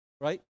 Right